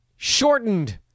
shortened